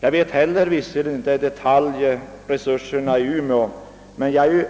Jag känner i detalj inte heller till vilka resurser Umeå har, men jag är